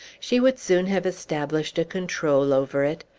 she would soon have established a control over it.